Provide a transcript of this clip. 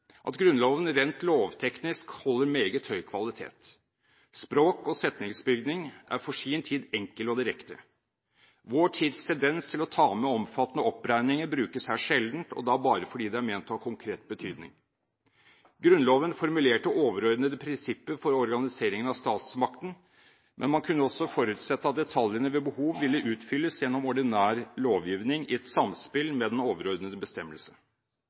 at Grunnloven rent lovteknisk holder meget høy kvalitet. Språk og setningsbygning er for sin tid enkel og direkte. Vår tids tendens til å ta med omfattende oppregninger brukes her sjelden, og da bare fordi det er ment å ha konkret betydning. Grunnloven formulerte overordnede prinsipper for organiseringen av statsmakten, men man kunne også forutsette at detaljene ved behov ville utfylles gjennom ordinær lovgivning i et samspill med den overordnede bestemmelse.